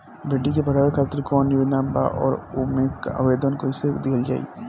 बेटी के पढ़ावें खातिर कौन योजना बा और ओ मे आवेदन कैसे दिहल जायी?